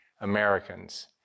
Americans